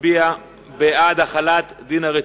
מצביע בעד החלת דין הרציפות.